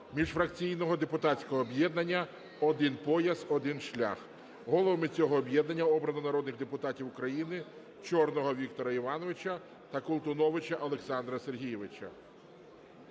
міжфракційного депутатського об'єднання "Один пояс – один шлях". Головами цього об'єднання обрано народних депутатів України Чорного Віктора Івановича та Колтуновича Олександра Сергійовича.